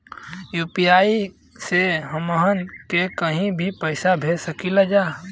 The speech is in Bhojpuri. यू.पी.आई से हमहन के कहीं भी पैसा भेज सकीला जा?